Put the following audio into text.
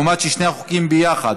שני החוקים ביחד,